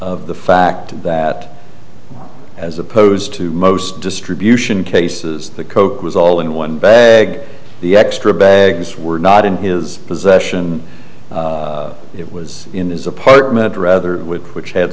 of the fact that as opposed to most distribution cases the coke was all in one the extra bags were not in his possession it was in his apartment rather with which h